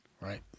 right